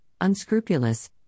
unscrupulous